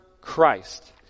Christ